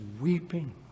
weeping